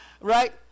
Right